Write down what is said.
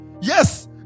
Yes